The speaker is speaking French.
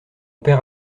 père